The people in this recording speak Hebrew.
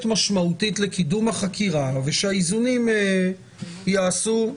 משמעותית לקידום החקירה ושהאיזונים ייעשו?